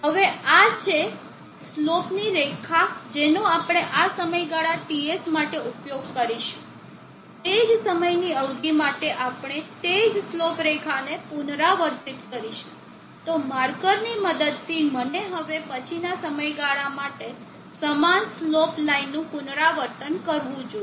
હવે આ છે સ્લોપની રેખા જેનો આપણે આ સમયગાળા TS માટે ઉપયોગ કરીશું તે જ સમયની અવધિ માટે આપણે તે જ સ્લોપ રેખાને પુનરાવર્તિત કરીશું તો માર્કરની મદદથી મને હવે પછીના સમયગાળા માટે સમાન સ્લોપ લાઇનનું પુનરાવર્તન કરવું જોઈએ